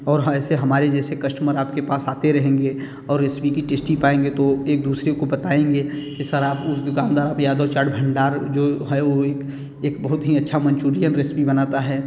और ऐसे हमारे जैसे कस्टमर आप के पास आते रहेंगे और रेसिपी का टेस्ट पाएंगे तो एक दूसरे को बताएँगे कि सर आप उस दुकानदार यादव चाट भंडार जो है वो एक एक बहुत ही अच्छा मंचुरियन रेसिपी बनाता है